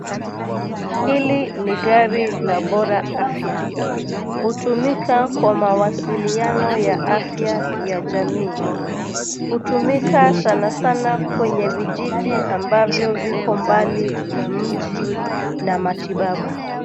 Hili ni gari la BORA AFYA. Hutumika kwa mawasiliano ya afya ya jamii. Hutumika sanasana kwenye vijiji ambavyo viko mbali na mji na matibabu.